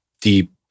deep